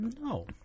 No